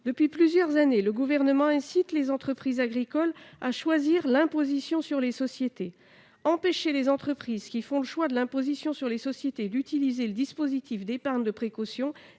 Depuis plusieurs années, le Gouvernement incite les entreprises agricoles à choisir l'imposition sur les sociétés. Empêcher les entreprises qui font le choix de l'imposition sur les sociétés d'utiliser le dispositif d'épargne de précaution